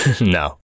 No